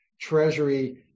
Treasury